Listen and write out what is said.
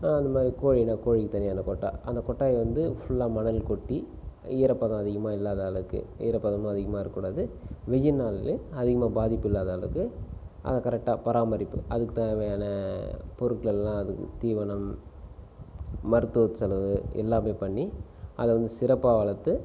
அதுமாதிரி கோழினா கோழிக்கு தனியான அந்த கொட்டாய் அந்த கொட்டாயை வந்து ஃபுல்லாக மணல் கொட்டி ஈரப்பதம் அதிகமாக இல்லாத அளவுக்கு ஈரப்பதம்லாம் அதிகமாக இருக்கக்கூடாது வெயில் நாள்லேயும் அதிகமாக பாதிப்பு இல்லாத அளவுக்கு அதை கரெக்டாக பராமரிப்பு அதுக்கு தேவையான பொருட்கள்லாம் அதுக்கு தீவனம் மருத்துவச்செலவு எல்லாமே பண்ணி அதை வந்து சிறப்பாக வளர்த்து